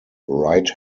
right